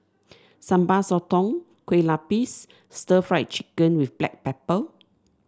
Sambal Sotong Kueh Lapis and stir Fry Chicken with Black Pepper